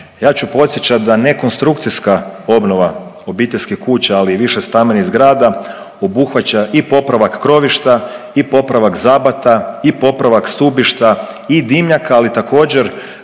Ja ću podsjećat da nekonstrukcijska obnova obiteljskih kuća ali i višestambenih zgrada obuhvaća i popravak krovišta i popravak zabata i popravak stubišta i dimnjaka, ali također